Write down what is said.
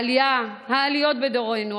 העליות בדורנו,